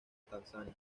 tanzania